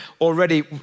already